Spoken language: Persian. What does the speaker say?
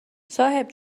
صاحب